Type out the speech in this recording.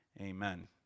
Amen